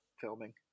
filming